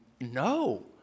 no